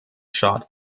shot